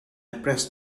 pressed